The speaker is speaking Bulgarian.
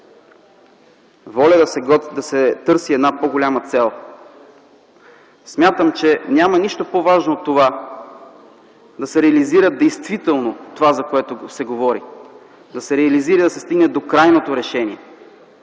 Воля да се търси по-голяма цел. Смятам, че няма нищо по-важно от това да се реализира действително онова, за което се говори, да се реализира и да се стигне до крайното решение.